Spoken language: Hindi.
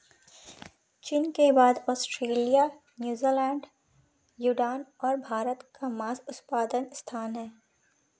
चीन के बाद ऑस्ट्रेलिया, न्यूजीलैंड, सूडान और भारत का मांस उत्पादन स्थान है